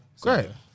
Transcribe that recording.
Great